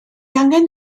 angen